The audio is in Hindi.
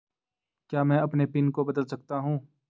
क्या मैं अपने पिन को बदल सकता हूँ?